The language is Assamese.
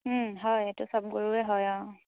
হয় এইটো চব গৰুৰে হয় অঁ